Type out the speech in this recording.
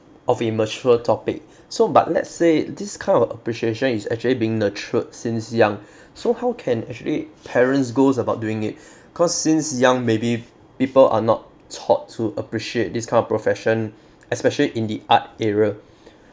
of immature topic so but let's say this kind of appreciation is actually being nurtured since young so how can actually parents goes about doing it cause since young maybe people are not taught to appreciate this kind of profession especially in the art area